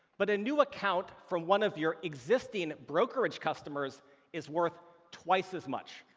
but a new account from one of your existing brokerage customers is worth twice as much,